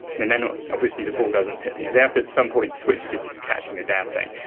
and and obviously, the ball doesn't. they have to at some point switch to catching the damn thing.